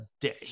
day